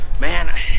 man